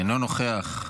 אינו נוכח,